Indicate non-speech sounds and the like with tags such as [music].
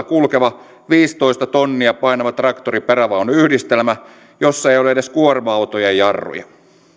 [unintelligible] kulkeva viisitoista tonnia painava traktori perävaunuyhdistelmä jossa ei ole edes kuorma autojen jarruja